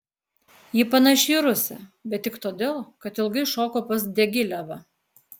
ji panaši į rusę bet tik todėl kad ilgai šoko pas diagilevą